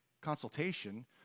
consultation